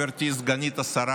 גברתי סגנית השרה,